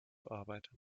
arbeiten